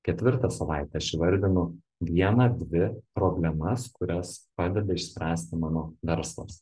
ketvirtą savaitę aš įvardinu vieną dvi problemas kurias padeda išspręsti mano verslas